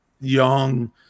young